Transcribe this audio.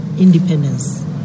Independence